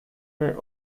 were